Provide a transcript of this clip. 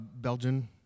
Belgian